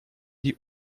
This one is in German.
die